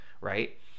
Right